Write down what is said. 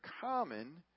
common